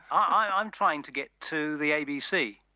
i'm trying to get to the abc.